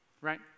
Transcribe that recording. right